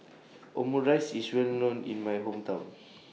Omurice IS Well known in My Hometown